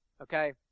Okay